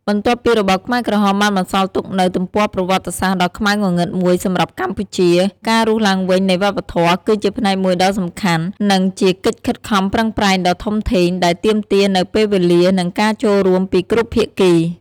បន្ទាប់ពីរបបខ្មែរក្រហមបានបន្សល់ទុកនូវទំព័រប្រវត្តិសាស្ត្រដ៏ខ្មៅងងឹតមួយសម្រាប់កម្ពុជា ការរស់ឡើងវិញនៃវប្បធម៌គឺជាផ្នែកមួយដ៏សំខាន់ និងជាកិច្ចខិតខំប្រឹងប្រែងដ៏ធំធេងដែលទាមទារនូវពេលវេលា និងការចូលរួមពីគ្រប់ភាគី។